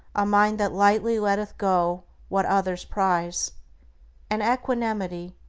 a mind that lightly letteth go what others prize and equanimity,